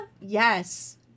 Yes